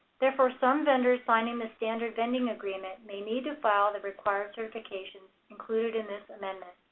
therefore some vendors signing the standard vending agreement may need to file the required certifications included in this amendment.